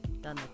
done